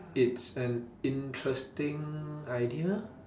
it's an interesting idea